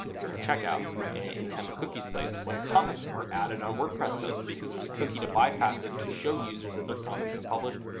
during checkout, any time a cookie is placed, when comments are added on wordpress posts because there's a cookie to bypass it to show users that their comment's been published,